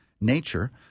nature